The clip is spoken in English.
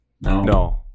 No